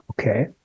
Okay